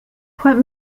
what